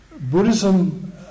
Buddhism